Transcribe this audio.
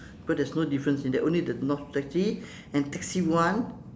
but there's no difference in there only the north taxi and taxi one